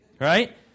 Right